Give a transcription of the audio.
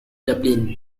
dublin